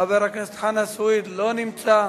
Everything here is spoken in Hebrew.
חבר הכנסת חנא סוייד, לא נמצא.